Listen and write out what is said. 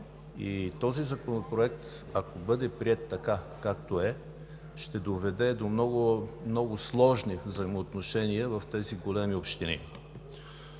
Този законопроект, ако бъде приет така, както е, ще доведе до много сложни взаимоотношения в тези големи общини.